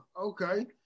Okay